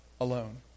alone